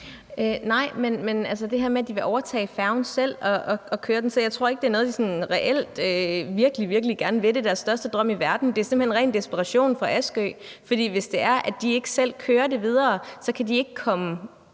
angår det her med, at de vil overtage færgen selv og køre den, så tror jeg ikke, det er noget, de sådan reelt virkelig, virkelig gerne vil, og at det er deres største drøm i verden. Det er simpelt hen ren desperation fra Askø, for hvis de ikke selv kører det videre, kan de ikke komme